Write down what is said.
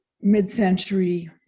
mid-century